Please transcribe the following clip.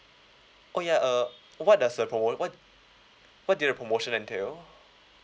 oh yeah err what does the promo~ what what did the promotion entail